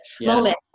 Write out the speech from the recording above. moment